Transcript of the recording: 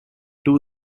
two